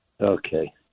Okay